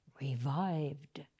revived